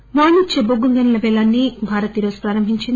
బొగ్గు వాణిజ్య బొగ్గు గనుల పేలాన్ని భారత్ ఈరోజు ప్రారంభించింది